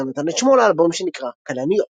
השיר נתן את שמו לאלבום שנקרא "כלניות".